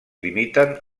limiten